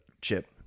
Chip